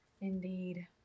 indeed